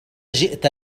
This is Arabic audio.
جئت